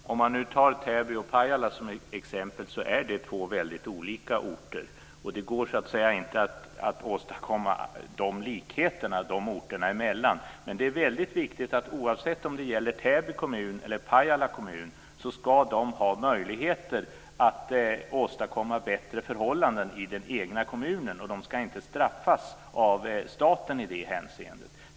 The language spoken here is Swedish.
Fru talman! Om man nu tar Täby och Pajala som exempel är det två väldigt olika orter. Det går inte att åstadkomma de likheterna de orterna emellan. Oavsett om det gäller Täby kommun eller Pajala kommun är det väldigt viktigt att de ska ha möjligheter att åstadkomma bättre förhållanden i den egna kommunen. De ska inte straffas av staten i det hänseendet.